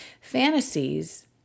Fantasies